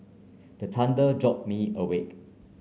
the thunder jolt me awake